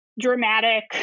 dramatic